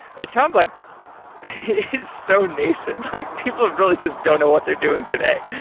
it sounds like it is so nascent. like people ah really just don't know what they're doing today.